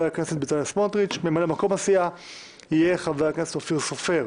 הכנסת בצלאל סמוטריץ'; ממלא מקום הסיעה יהיה חבר הכנסת אופיר סופר."